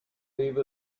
leave